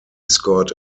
scored